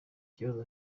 kibazo